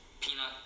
peanut